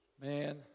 Man